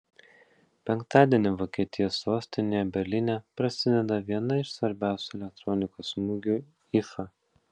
penktadienį vokietijos sostinėje berlyne prasideda viena iš svarbiausių elektronikos mugių ifa